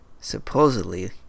supposedly